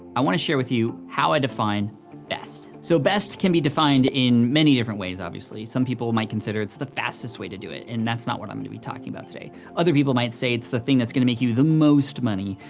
i wanna share with you how i define best. so, best can be defined in many different ways, obviously. some people might consider, it's the fastest way to do it, and that's not what i'm gonna be talking about today. other people might say it's the thing that's gonna make you the most money,